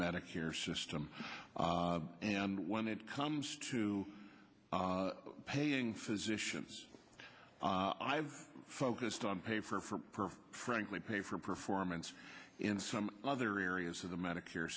medicare system and when it comes to paying physicians i've focused on pay for per frankly pay for performance in some other areas of the medicare